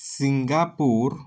Singapore